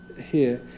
here,